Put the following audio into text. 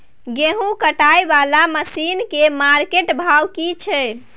गेहूं कटाई वाला मसीन के मार्केट भाव की छै?